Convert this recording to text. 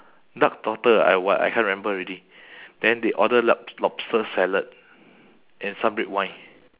duck trotter or what I can't remember already then they order l~ lobster salad and some red wine